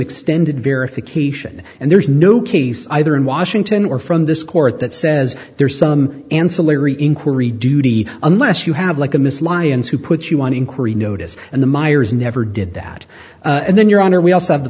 extended verification and there is no case either in washington or from this court that says there's some ancillary inquiry duty unless you have like a miss lyons who put you on inquiry notice and the myers never did that and then your honor we also have the